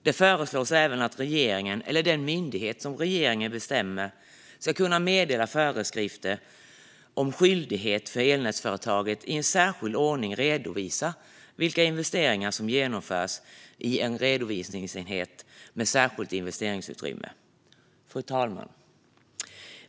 Det föreslås även att regeringen eller den myndighet som regeringen bestämmer ska kunna meddela föreskrifter om skyldighet för elnätsföretag att i en särskild ordning redovisa vilka investeringar som genomförs i en redovisningsenhet med särskilt investeringsutrymme. Fru talman!